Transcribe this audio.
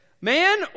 man